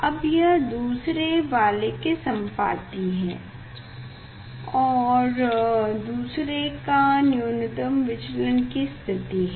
अब यह दूसरे वाले के संपाती है और दूसरे का न्यूनतम विचलन की स्थिति है